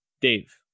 Dave